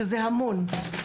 שזה הרבה מאוד.